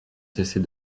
cesser